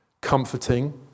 comforting